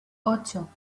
ocho